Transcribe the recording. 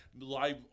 live